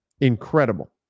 incredible